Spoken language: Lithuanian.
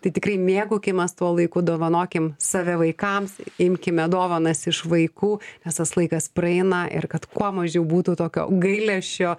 tai tikrai mėgaukimės tuo laiku dovanokim save vaikams imkime dovanas iš vaikų nes tas laikas praeina ir kad kuo mažiau būtų tokio gailesčio